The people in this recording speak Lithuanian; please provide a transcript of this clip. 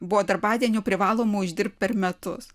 buvo darbadienių privalomų išdirbt per metus